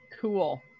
Cool